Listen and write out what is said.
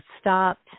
stopped